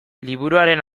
liburuaren